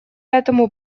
этому